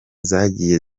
zagiye